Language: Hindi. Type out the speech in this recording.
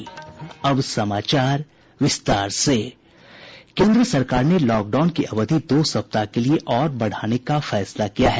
केन्द्र सरकार ने लॉकडाउन की अवधि दो सप्ताह के लिए और बढ़ाने का फैसला किया है